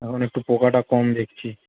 এখন একটু পোকাটা কম দেখছি